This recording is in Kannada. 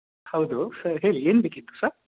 ಹೌದು ಸರ್ ಹೇಳಿ ಏನು ಬೇಕಿತ್ತು ಸರ್